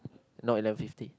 no eleven fifty